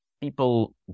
people